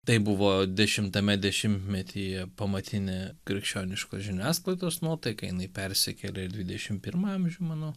taip buvo dešimtame dešimtmetyje pamatinę krikščioniškos žiniasklaidos nuotaiką jinai persikėlė į dvidešim pirmą amžių mano